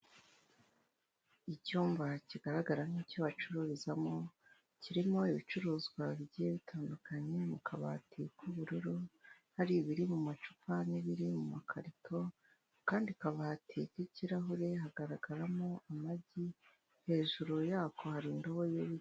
Icyumba kigaragara nk'icyo bacururizamo, kirimo ibicuruzwa bigiye bitandukanye mu kabati k'ubururu, hari ibiri mu macupa n'ibiri mu makarito, akandi kabati k'ikirahure hagaragaramo amagi, hejuru yako hari indobo y'ibiryo.